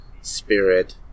spirit